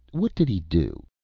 what did he do?